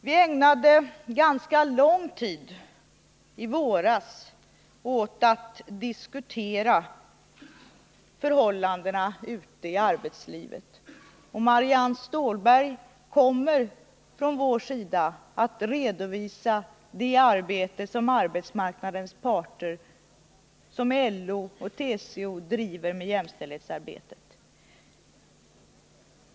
Vi ägnade ganska lång tid i våras åt att diskutera förhållandena ute i arbetslivet, och Marianne Stålberg kommer att från vår sida redovisa det arbete som arbetsmarknadens parter, LO och TCO, bedriver när det gäller jämställdhetsfrågan.